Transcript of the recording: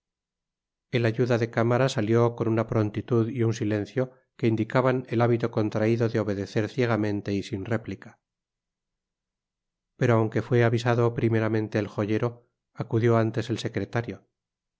el ayuda de cámara salió con una prontitud y un silencio que indicaban el hábito contraido de obedecer ciegamente y sin réplica pero aun que fué avisado primeramente el joyero acudió antes el secretario